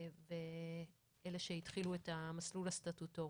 ואלה שהתחילו את המסלול הסטטוטורי.